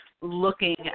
looking